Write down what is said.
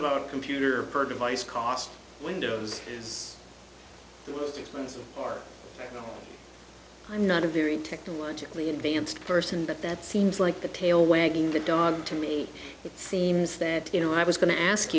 about a computer per device cost windows is the most expensive part i'm not a very technologically advanced person but that seems like the tail wagging the dog to me it seems that you know i was going to ask